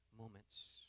moments